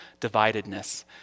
dividedness